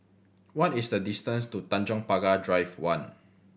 what is the distance to Tanjong Pagar Drive One